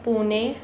Pune